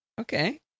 Okay